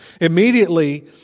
Immediately